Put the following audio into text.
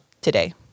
today